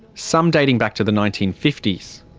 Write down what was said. some dating back to the nineteen fifty s.